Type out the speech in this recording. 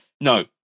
no